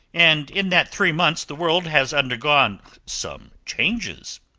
and in that three months the world has undergone some changes.